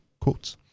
quotes